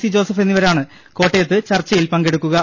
C Joseph എന്നിവരാണ് കോട്ടയത്ത് ചർച്ചയിൽ പങ്കെടുക്കുക